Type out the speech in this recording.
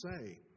say